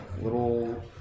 little